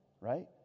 right